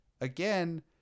again